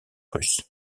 russe